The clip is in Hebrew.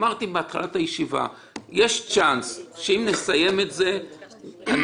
אמרתי בתחילת הישיבה שיש צ'אנס שאם נסיים את הדיון